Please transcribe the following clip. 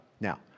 Now